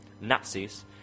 Nazis